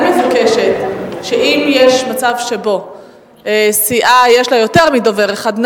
אני מבקשת שאם יש מצב שבו סיעה יש לה יותר מדובר אחד,